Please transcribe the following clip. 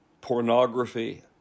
pornography